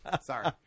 Sorry